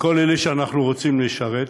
לכל אלה שאנחנו רוצים לשרת,